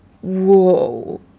whoa